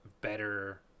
better